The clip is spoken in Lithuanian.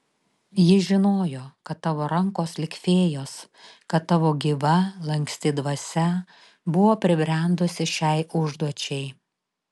ji žinojo kad tavo rankos lyg fėjos kad tavo gyva lanksti dvasia buvo pribrendusi šiai užduočiai